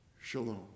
Shalom